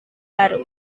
baru